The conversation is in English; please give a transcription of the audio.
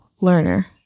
learner